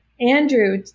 Andrew